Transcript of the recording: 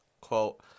quote